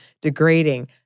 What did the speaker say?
degrading